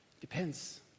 Depends